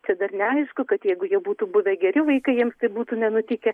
tai dar neaišku kad jeigu jie būtų buvę geri vaikai jiems tai būtų nenutikę